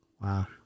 Wow